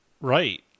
Right